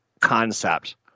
concept